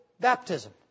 baptism